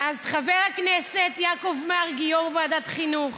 אז חבר הכנסת יעקב מרגי, יו"ר ועדת החינוך,